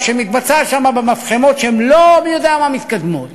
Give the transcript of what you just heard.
שמתבצעת שם במפחמות, שהן לא מי-יודע-מה מתקדמות.